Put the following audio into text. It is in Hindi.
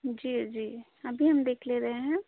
जी जी अभी हम देख ले रहे हैं